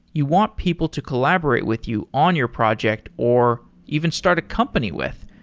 you want people to collaborate with you on your project or even start a company with.